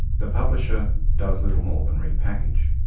the publisher does little more than repackage.